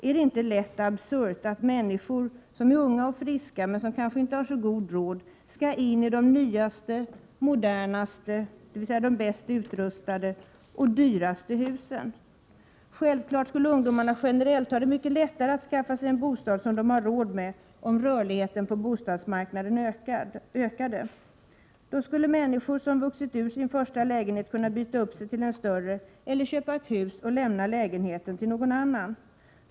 Är det inte lätt absurt att människor som är unga och friska men som kanske inte har så god råd skall in i de nyaste, modernaste, dvs. bäst utrustade, och dyraste husen? Självfallet skulle ungdomarna generellt ha mycket lättare att skaffa sig en bostad som de har råd med om rörligheten på bostadsmarknaden ökade. Då skulle människor som vuxit ur sin första lägenhet kunna byta upp sig till en större eller köpa ett hus och lämna lägenheten till någon annan.